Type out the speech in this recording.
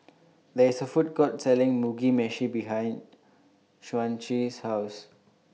There IS A Food Court Selling Mugi Meshi behind Chauncey's House